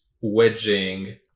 wedging